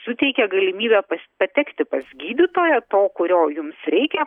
suteikia galimybę pas patekti pas gydytoją to kurio jums reikia